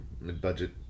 mid-budget